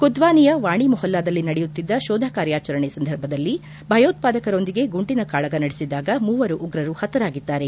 ಕುದ್ವಾನಿಯ ವಾಣಿ ಮೊಹಲ್ಲಾದಲ್ಲಿ ನಡೆಯುತ್ತಿದ್ದ ಶೋಧ ಕಾರ್ಯಾಚರಣೆ ಸಂದರ್ಭದಲ್ಲಿ ಭಯೋತ್ವಾದಕರೊಂದಿಗೆ ಗುಂಡಿನ ಕಾಳಗ ನಡೆಸಿದಾಗ ಮೂವರು ಉಗ್ರರು ಹತರಾಗಿದ್ದಾರೆ